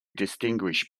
distinguish